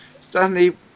Stanley